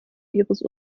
ihres